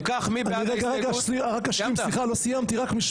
אם כך, מי בעד ההסתייגות?